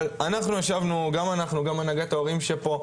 אבל אנחנו ישבנו - גם אנחנו וגם הנהגת ההורים שפה,